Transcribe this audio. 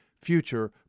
future